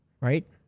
right